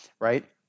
right